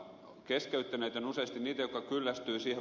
keskeyttäneet ovat usein niitä jotka kyllästyvät siihen